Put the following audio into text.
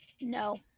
no